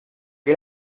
que